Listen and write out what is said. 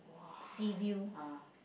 sea view